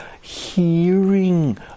hearing